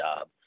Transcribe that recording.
job